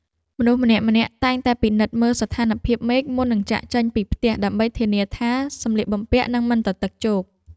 មនុស្សម្នាក់ៗតែងតែពិនិត្យមើលស្ថានភាពមេឃមុននឹងចាកចេញពីផ្ទះដើម្បីធានាថាសម្លៀកបំពាក់នឹងមិនទទឹកជោក។